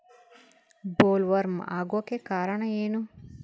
Bollworm ಆಗೋಕೆ ಕಾರಣ ಏನು?